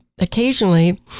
occasionally